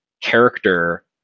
character